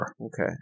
Okay